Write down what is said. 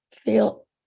feel